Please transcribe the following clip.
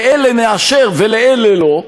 לאלה נאשר ולאלה לא,